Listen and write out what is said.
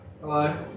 Hello